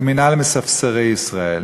למינהל מספסרי ישראל,